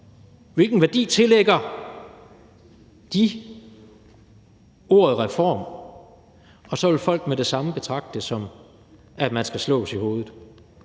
Hvilken værdi tillægger De ordet reform? Og så vil folk med det samme betragte det som, at man skal slås i hovedet.